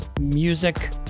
music